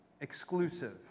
exclusive